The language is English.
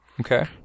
Okay